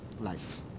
life